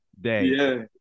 day